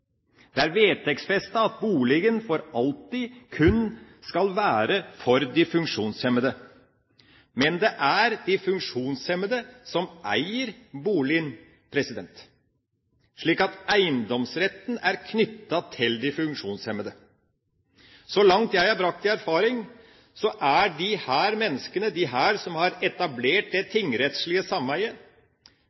Det er vedtektsfestet at boligene for alltid kun skal være for funksjonshemmede. Og det er de funksjonshemmede som eier boligene, slik at eiendomsretten er knyttet til de funksjonshemmede. Så langt jeg har brakt i erfaring, er disse menneskene, de som har etablert det